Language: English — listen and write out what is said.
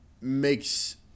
makes